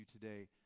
today